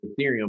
ethereum